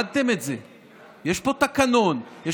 לא אתה, מיקי.